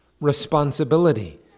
responsibility